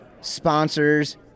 sponsors